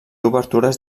obertures